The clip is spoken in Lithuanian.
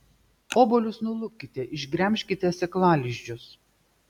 obuolius nulupkite išgremžkite sėklalizdžius